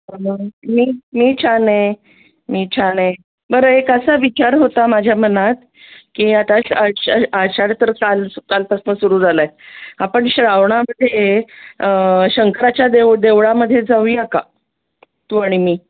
मी मी छान आहे मी छान आहे बरं एक असा विचार होता माझ्या मनात की आता आषाढ तर चाल कालपासनं सुरू झाला आहे आपण श्रावणामध्ये शंकराच्या देव देवळामध्ये जाऊया का तू आणि मी